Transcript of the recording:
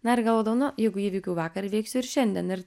na ir galvodavau nu jeigu įveikiau vakar įveiksiu ir šiandien ir